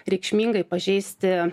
reikšmingai pažeisti